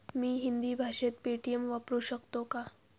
मी हिंदी भाषेत पेटीएम वापरू शकतो का?